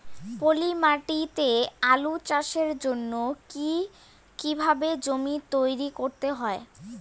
পলি মাটি তে আলু চাষের জন্যে কি কিভাবে জমি তৈরি করতে হয়?